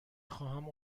خواهم